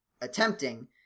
attempting